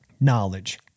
Knowledge